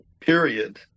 period